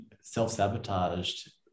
self-sabotaged